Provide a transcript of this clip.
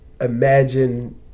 imagine